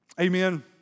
Amen